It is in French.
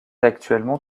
actuellement